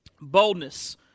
boldness